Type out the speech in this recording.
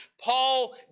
Paul